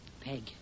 Peg